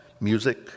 music